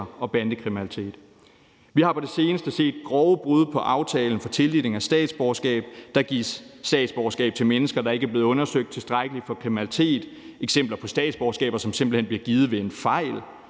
og bandekriminalitet. Vi har på det seneste set grove brud på aftalen for tildeling af statsborgerskab: Der gives statsborgerskab til mennesker, der ikke er blevet undersøgt tilstrækkeligt for kriminalitet. Der er eksempler på statsborgerskaber, som simpelt hen bliver givet ved en fejl;